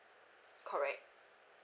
correct